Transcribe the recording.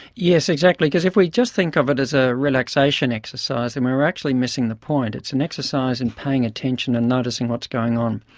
yes exactly, because if we just think of it as a relaxation exercise then and we are actually missing the point. it's an exercise in paying attention and noticing what's going on.